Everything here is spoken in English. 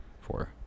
Four